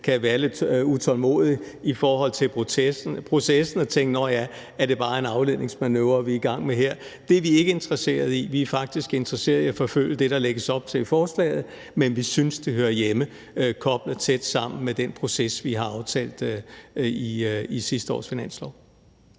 kan være lidt utålmodige i forhold til processen og tænke: Nå ja, er det bare en afledningsmanøvre, vi er i gang med her? Det er vi ikke interesseret i. Vi er faktisk interesseret i at forfølge det, der lægges op til i forslaget, men vi synes, det hører hjemme koblet tæt sammen med den proces, vi har aftalt i finansloven,